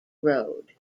road